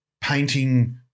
painting